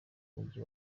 mujyi